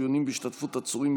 דיונים בהשתתפות עצורים,